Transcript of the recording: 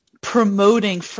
promoting